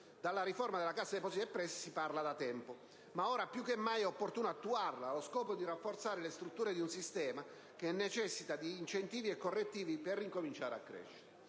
Della riforma della Cassa depositi e prestiti si parla da tempo, ma ora più che mai è opportuno attuarla, allo scopo di rafforzare le strutture di un sistema che necessita di incentivi e correttivi per ricominciare a crescere.